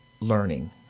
learning